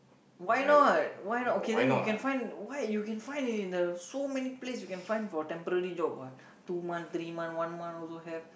why not why not okay then you can find why you can find in in the so many place you can find for temporary job what two month three month one month also have